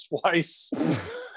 twice